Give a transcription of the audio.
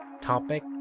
topic